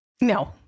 No